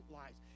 lives